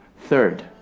Third